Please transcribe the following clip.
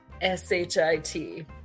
s-h-i-t